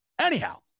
anyhow